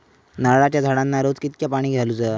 नारळाचा झाडांना रोज कितक्या पाणी घालुचा?